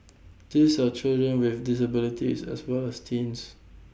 these are children with disabilities as well as teens